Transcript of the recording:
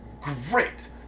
great